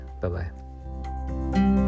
bye-bye